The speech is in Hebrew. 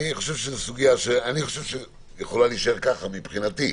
זו סוגיה שיכולה להישאר ככה מבחינתי.